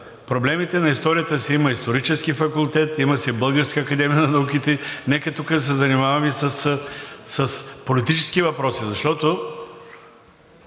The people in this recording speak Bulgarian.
проблемите на историята има Исторически факултет, има Българска академия на науките, нека тук да се занимаваме с политически въпроси, защото